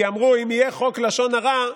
כי אמרו: אם יהיה "חוק לשון הרע",